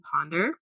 ponder